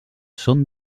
són